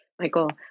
Michael